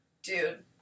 Dude